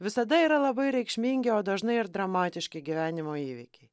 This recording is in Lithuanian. visada yra labai reikšmingi o dažnai ir dramatiški gyvenimo įvykiai